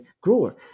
grower